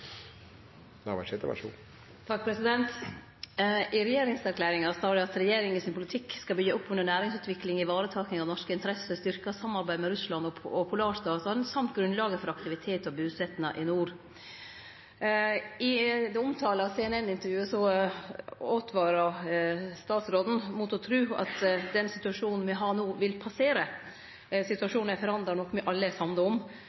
I regjeringserklæringa står det at regjeringa sin politikk «skal bygge opp under næringsutvikling, ivaretakelse av norske interesser, styrket samarbeid med Russland og polarstatene, samt grunnlaget for aktivitet og bosetting i nord». I det omtalte CNN-intervjuet åtvara statsråden mot å tru at den situasjonen me har no, vil passere. Situasjonen er forandra, noko me alle er samde om.